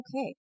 okay